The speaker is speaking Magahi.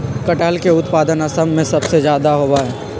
कटहल के उत्पादन असम में सबसे ज्यादा होबा हई